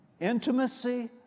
intimacy